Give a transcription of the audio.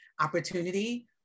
opportunity